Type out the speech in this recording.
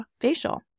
facial